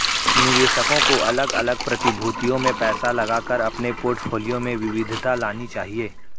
निवेशकों को अलग अलग प्रतिभूतियों में पैसा लगाकर अपने पोर्टफोलियो में विविधता लानी चाहिए